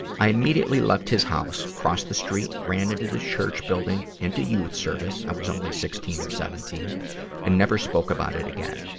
i immediately left his house, crossed the street, ran into the church building into youth service i was only sixteen or seventeen and never spoke about it again.